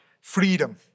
freedom